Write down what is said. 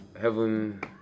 heaven